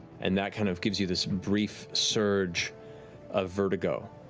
and that kind of gives you this brief surge of vertigo.